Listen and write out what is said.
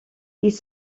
ils